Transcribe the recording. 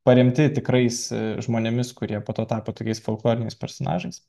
paremti tikrais žmonėmis kurie po to tapo tokiais folkloriniais personažais